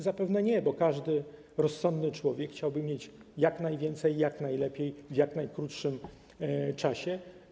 Zapewne nie, bo każdy rozsądny człowiek chciałby mieć jak najwięcej i jak najlepiej w jak najkrótszym czasie.